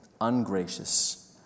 ungracious